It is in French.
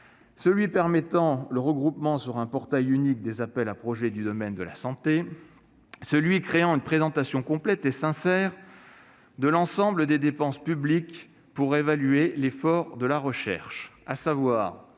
qui permet le regroupement sur un portail unique des appels à projets du domaine de la santé ; celui qui crée une présentation complète et sincère de l'ensemble des dépenses publiques pour évaluer l'effort de la recherche, à savoir